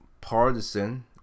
partisan